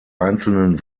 einzelnen